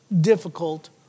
difficult